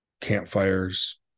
campfires